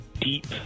deep